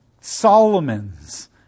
Solomon's